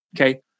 Okay